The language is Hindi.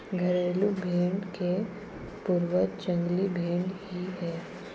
घरेलू भेंड़ के पूर्वज जंगली भेंड़ ही है